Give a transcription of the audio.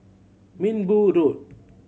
Minbu Road